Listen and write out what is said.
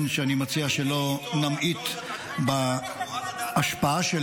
שאני מציע שלא נמעיט בהשפעה שלו,